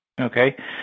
Okay